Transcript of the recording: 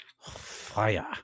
fire